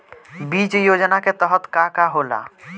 बीज योजना के तहत का का होला?